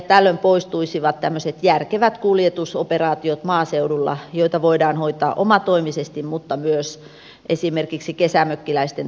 tällöin poistuisivat maaseudulla tämmöiset järkevät kuljetusoperaatiot joita voidaan hoitaa omatoimisesti mutta myös esimerkiksi kesämökkiläisten tarpeisiin